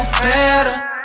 better